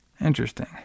Interesting